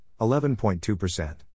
11.2%